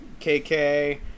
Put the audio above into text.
kk